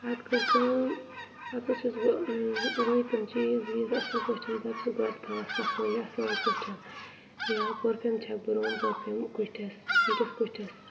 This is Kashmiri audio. پَتہٕ کٔر کٲم پَتہٕ حظ چھَس بہٕ ؤے تِم چیٖز ویٖز اَصٕل پٲٹھۍ پَتہٕ چھَس گۄڈٕ تھاوان صفٲیی اَصٕل پٲٹھۍ یا پٔرفیٛوٗم چھَکہٕ بہٕ روٗم پٔرفیٛوٗم کُٹھِس بیٚیِس کُٹھِس